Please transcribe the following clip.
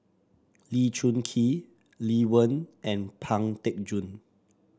Lee Choon Kee Lee Wen and Pang Teck Joon